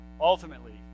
Ultimately